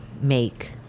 make